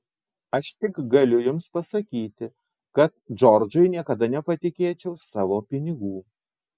aš tik galiu jums pasakyti kad džordžui niekada nepatikėčiau savo pinigų